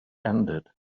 ended